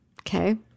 Okay